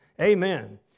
Amen